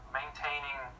maintaining